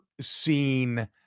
seen